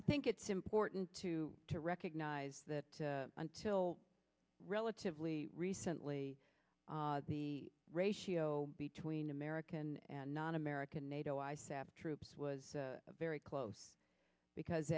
i think it's important to recognize that until relatively recently the ratio between american and non american nato i stab troops was a very close because